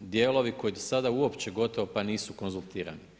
dijelovi koji do sada uopće gotovo pa nisu konzultirani.